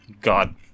God